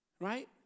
right